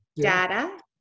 data